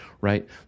right